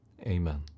amen